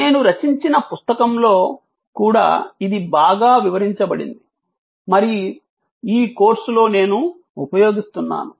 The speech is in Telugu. నేను రచించిన పుస్తకంలో కూడా ఇది బాగా వివరించబడింది మరియు ఈ కోర్సులో నేను ఉపయోగిస్తున్నాను